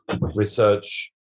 research